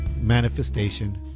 manifestation